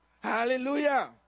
Hallelujah